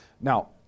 now